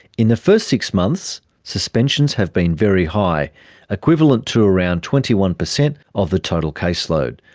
in the first six months suspensions have been very high equivalent to around twenty one percent of the total caseload.